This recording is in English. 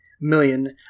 million